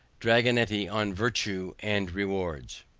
dragonetti on virtue and rewards.